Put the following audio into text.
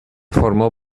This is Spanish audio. formó